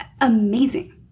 amazing